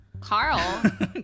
Carl